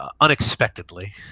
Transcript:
unexpectedly